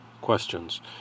questions